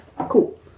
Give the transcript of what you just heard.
Cool